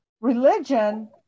religion